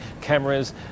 cameras